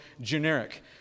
generic